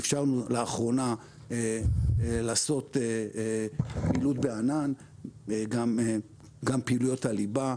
אפשרנו לאחרונה לעשות פעילות בענן וגם פעילויות הליבה,